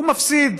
הוא מפסיד,